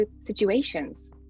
situations